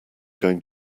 going